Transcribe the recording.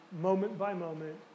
moment-by-moment